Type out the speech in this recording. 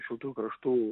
šiltų kraštų